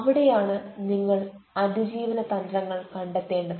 അവിടെയാണ് നിങ്ങൾ അതിജീവന തന്ത്രങ്ങൾ കണ്ടെത്തേണ്ടത്